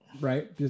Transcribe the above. right